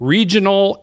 Regional